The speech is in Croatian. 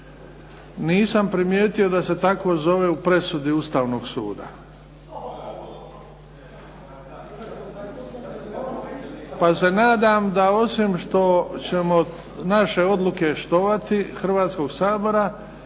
nisam primijetio da se tako zove u presudi Ustavnog suda, pa se nadam da osim što ćemo naše odluke štovati, Hrvatskog sabora,